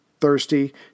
thirsty